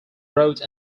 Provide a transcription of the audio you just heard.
wrote